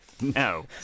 No